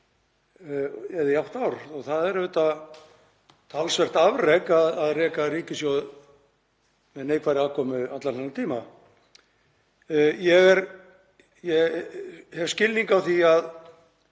eða í átta ár. Það er auðvitað talsvert afrek að reka ríkissjóð með neikvæðri afkomu allan þennan tíma. Ég hef skilning á því að